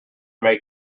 make